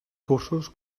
cursos